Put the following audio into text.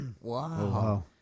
Wow